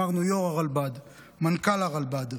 אמרנו יו"ר הרלב"ד, מנכ"ל הרלב"ד.